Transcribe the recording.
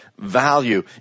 Value